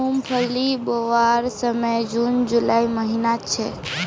मूंगफली बोवार समय जून जुलाईर महिना छे